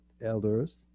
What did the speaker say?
elders